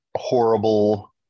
horrible